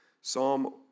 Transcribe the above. Psalm